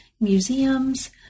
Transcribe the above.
museums